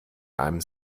einem